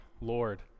Lord